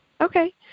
okay